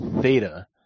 Theta